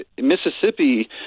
Mississippi